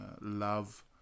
love